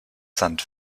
sand